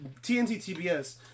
TNT-TBS